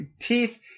teeth